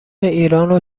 ایرانو